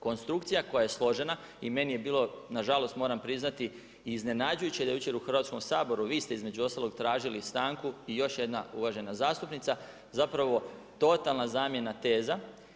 Konstrukcija koja je složena i meni je bilo nažalost moram priznati, iznenađujuće da jučer u Hrvatskom saboru vi ste između ostalog tražili stanku i još jedna uvažena zastupnica, zapravo totalna zamjena teza.